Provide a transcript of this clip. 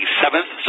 seventh